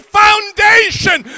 foundation